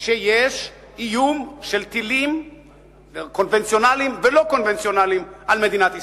שיש איום של טילים קונבנציונליים ולא קונבנציונליים על מדינת ישראל,